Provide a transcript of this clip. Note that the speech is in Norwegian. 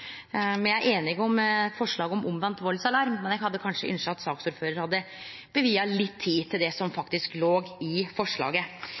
Me er einige om forslaget om omvend valdsalarm, men eg hadde ynskt at saksordføraren hadde vigt litt tid til det som faktisk låg i forslaget.